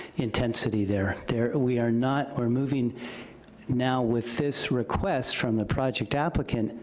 intensity there there we are not, we're moving now with this request from the project applicant,